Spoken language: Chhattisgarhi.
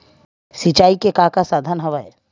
सिंचाई के का का साधन हवय?